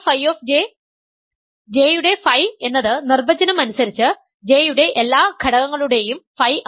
J യുടെ phi എന്നത് നിർവചനം അനുസരിച്ച് J യുടെ എല്ലാ ഘടകങ്ങളുടെയും ഫൈ ആണ്